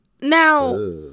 Now